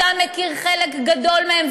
אתה מכיר חלק גדול מהם,